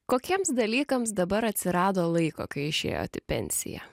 kokiems dalykams dabar atsirado laiko kai išėjot į pensiją